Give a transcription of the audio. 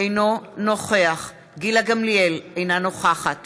אינו נוכח גילה גמליאל, אינה נוכחת